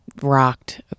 rocked